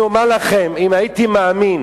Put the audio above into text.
אני אומר לכם, אם הייתי מאמין